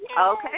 Okay